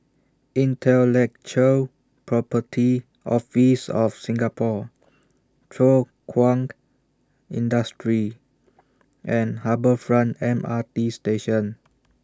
Intellectual Property Office of Singapore Thow Kwang Industry and Harbour Front M R T Station